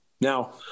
Now